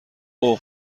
اوه